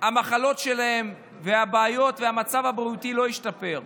והמחלות שלהם והבעיות והמצב הבריאותי לא השתפרו.